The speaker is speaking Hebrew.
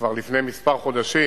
כבר לפני מספר חודשים,